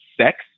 sex